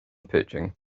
pitching